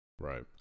Right